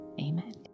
Amen